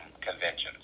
conventions